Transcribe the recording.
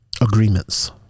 agreements